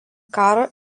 karą